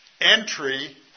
entry